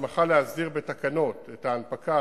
הסמכה להסדיר בתקנות את ההנפקה,